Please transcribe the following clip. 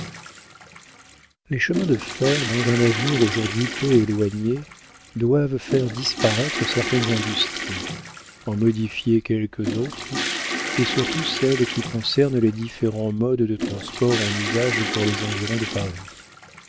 les chemins de fer dans un avenir aujourd'hui peu éloigné doivent faire disparaître certaines industries en modifier quelques autres et surtout celles qui concernent les différents modes de transport en usage pour les environs de paris